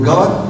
God